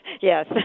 yes